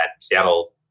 Seattle